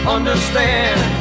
Understand